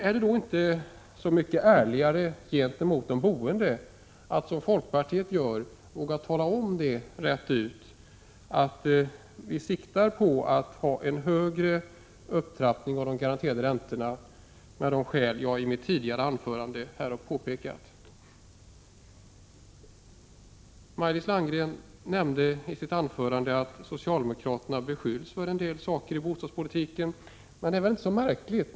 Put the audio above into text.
Är det då inte mycket ärligare gentemot de boende att, som folkpartiet gör, våga tala om rakt ut att vi siktar på en högre upptrappning av den garanterade räntan, av de skäl jag i mitt tidigare anförande har andragit? Maj-Lis Landberg nämnde i sitt anförande att socialdemokraterna har beskyllts för en del saker i bostadspolitiken. Men det är väl inte så konstigt?